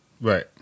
Right